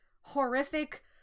horrific